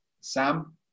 Sam